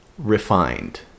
Refined